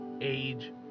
age